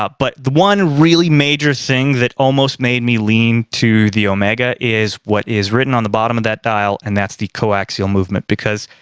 but but the one really major thing that almost made me lean to the omega is what is written on the bottom of that dial. and that's the co-axial movement, because,